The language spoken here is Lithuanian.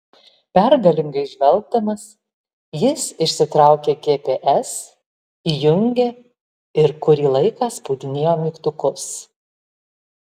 pergalingai žvelgdamas jis išsitraukė gps įjungė ir kurį laiką spaudinėjo mygtukus